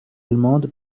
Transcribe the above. allemande